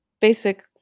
basic